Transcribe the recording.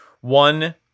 one